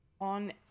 on